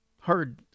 heard